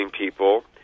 people